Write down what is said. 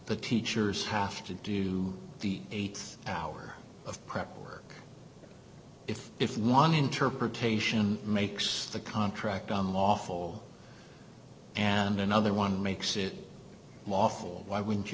the teachers have to do the eight hours of prep work if if one interpretation makes the contract on lawful and another one makes it lawful why wouldn't you